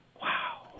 Wow